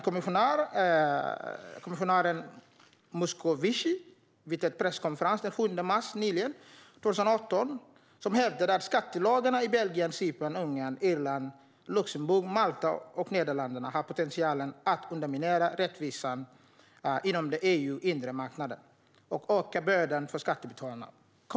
Kommissionären Moscovici hävdade vid en presskonferens den 7 mars 2018 att skattelagarna i Belgien, Cypern, Ungern, Irland, Luxemburg, Malta och Nederländerna har potential att underminera rättvisan på EU:s inre marknad och öka bördan för skattebetalarna.